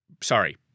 Sorry